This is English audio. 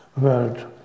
world